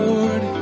Lord